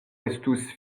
estus